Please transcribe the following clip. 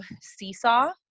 Seesaw